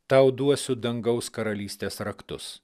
tau duosiu dangaus karalystės raktus